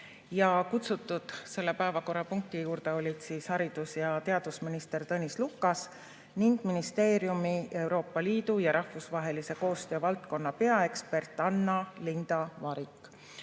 ja kutsutud selle päevakorrapunkti juurde olid haridus- ja teadusminister Tõnis Lukas ning ministeeriumi Euroopa Liidu ja rahvusvahelise koostöö valdkonna peaekspert Anna Linda Varik.